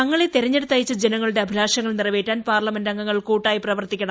തങ്ങളെ തെരെഞ്ഞെടുത്തയച്ച ജനങ്ങളുടെ അഭിലാഷങ്ങൾ നിറവേറ്റാൻ പാർലമെന്റംഗങ്ങൾ കൂട്ടായി പ്രവർത്തിക്കണം